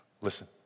listen